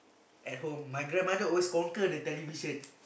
at home my grandmother always conquer the television